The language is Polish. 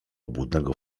obłudnego